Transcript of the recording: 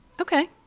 Okay